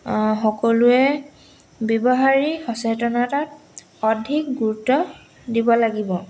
সকলোৱে ব্যৱহাৰী সচেতনতাত অধিক গুৰুত্ব দিব লাগিব